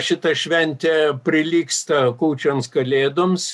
šita šventė prilygsta kūčioms kalėdoms